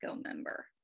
member